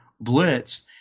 blitz